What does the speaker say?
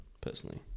personally